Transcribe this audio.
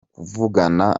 kuvugana